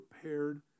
prepared